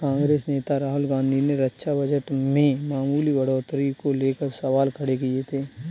कांग्रेस नेता राहुल गांधी ने रक्षा बजट में मामूली बढ़ोतरी को लेकर सवाल खड़े किए थे